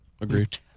Agreed